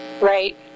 Right